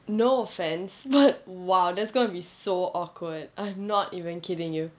no offense but !wow! that's gonna be so awkward I not even kidding you